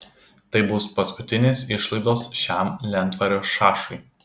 tai bus paskutinės išlaidos šiam lentvario šašui